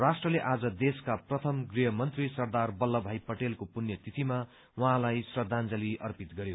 राष्ट्रले आज देशका प्रथम गृहमन्त्री सरदार बल्लभ भाई पटेलको पुण्यतिथिमा उहाँलाई श्रद्धांजली अर्पित गरयो